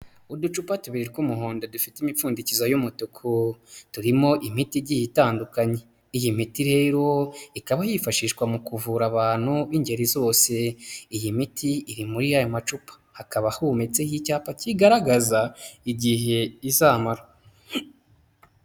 Uducupa tubiri tw'umuhondo dufite imipfundikizo y'umutuku, turimo imiti igiye itandukanye, iyi miti rero ikaba yifashishwa mu kuvura abantu b'ingeri zose, iyi miti iri muri aya macupa hakaba hometse icyapa kigaragaza igihe izamara.